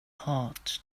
heart